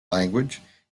language